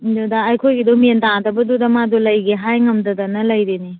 ꯑꯗꯨꯗ ꯑꯩꯈꯣꯏꯒꯤꯗꯨ ꯃꯦꯟ ꯇꯥꯗꯕꯗꯨꯗ ꯃꯥꯗꯨ ꯂꯩꯒꯦ ꯍꯥꯏ ꯉꯝꯗꯗꯅ ꯂꯩꯔꯤꯅꯤ